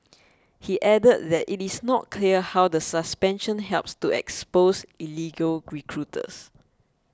he added that it is not clear how the suspension helps to expose illegal recruiters